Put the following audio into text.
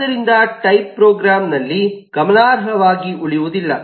ಆದ್ದರಿಂದ ಟೈಪ್ ಪ್ರೋಗ್ರಾಮ್ನಲ್ಲಿ ಗಮನಾರ್ಹವಾಗಿ ಉಳಿಯುವುದಿಲ್ಲ